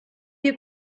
you